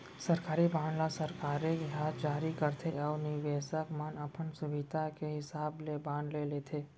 सरकारी बांड ल सरकारे ह जारी करथे अउ निबेसक मन अपन सुभीता के हिसाब ले बांड ले लेथें